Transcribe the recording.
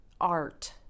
art